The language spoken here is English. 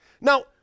Now